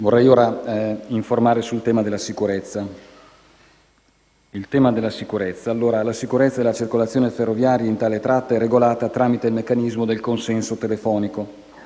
Vorrei ora informare sul tema della sicurezza. La sicurezza della circolazione ferroviaria in tale tratta è regolata tramite il meccanismo del consenso telefonico: